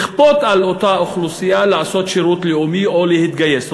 לכפות על אותה אוכלוסייה לעשות שירות לאומי או להתגייס.